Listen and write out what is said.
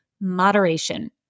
moderation